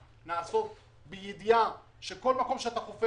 מסמר לאדמה כי יש חשש שאתה פוגע בקבר.